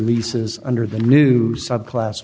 leases under the new subclass